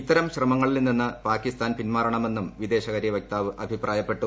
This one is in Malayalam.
ഇത്തരം ശ്ര്മങ്ങളിൽ നിന്ന് പാകിസ്ഥാൻ പിന്മാറണമെന്നും വിദേശകാരൃവക്താവ് അഭിപ്രായപ്പെട്ടു